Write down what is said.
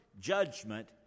judgment